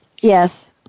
Yes